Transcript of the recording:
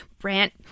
Brant